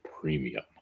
premium